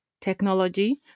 technology